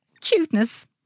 cuteness